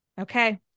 Okay